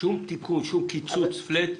שום תיקון, שום קיצוץ פלט,